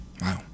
Wow